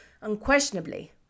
unquestionably